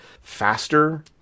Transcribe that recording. faster